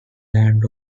land